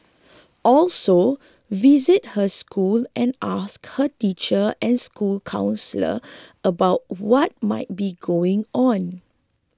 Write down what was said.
also visit her school and ask her teacher and school counsellor about what might be going on